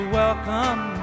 welcome